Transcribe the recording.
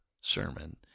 sermon